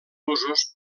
usos